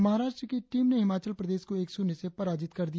महाराष्ट्र की टीम ने हिमाचल प्रदेश को एक शुन्य से पराजित कर दिया